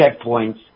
checkpoints